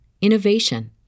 innovation